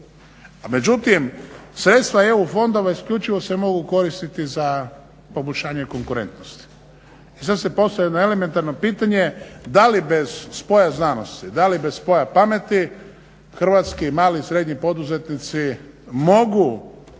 Međutim, sredstva EU fondova isključivo se mogu koristiti za poboljšanje konkurentnosti. I sad se postavlja jedno elementarno pitanje, da li bez spoja znanosti, da li bez spoja pameti hrvatski mali i srednji poduzetnici mogu